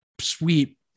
sweet